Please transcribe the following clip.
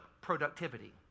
productivity